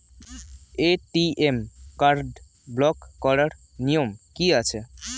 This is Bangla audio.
এ.টি.এম কার্ড ব্লক করার নিয়ম কি আছে?